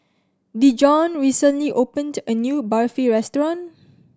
Dejon recently opened a new Barfi restaurant